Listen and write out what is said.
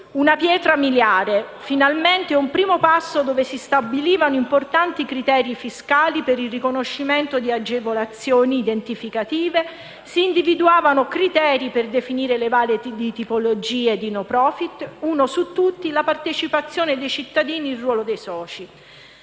una pietra miliare, finalmente un primo passo dove si stabilivano importanti criteri fiscali per il riconoscimento di agevolazioni identificative e si individuavano criteri per definire le varie tipologie di *no profit*, e uno su tutti: la partecipazione dei cittadini, il ruolo dei soci.